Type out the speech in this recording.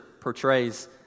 portrays